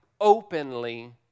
openly